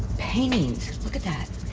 paintings. look at that.